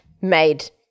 made